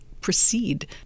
proceed